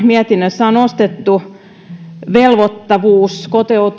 mietinnössä on nostettu velvoittavuus